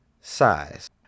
size